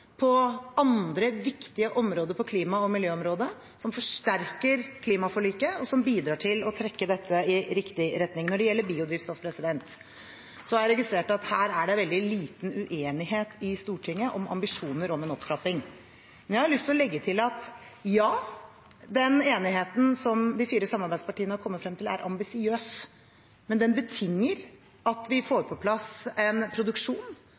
på andre viktige områder på klima- og miljøområdet som forsterker klimaforliket, og som bidrar til å trekke dette i riktig retning. Når det gjelder biodrivstoff, har jeg registrert at det er veldig liten uenighet i Stortinget om ambisjoner om en opptrapping, men jeg har lyst til å legge til at ja, den enigheten som de fire samarbeidspartiene har kommet frem til, er ambisiøs. Men den betinger at vi får på plass en produksjon.